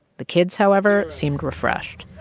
the kids, however, seemed refreshed.